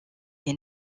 est